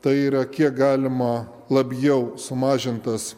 tai yra kiek galima labiau sumažintas